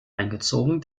eingezogen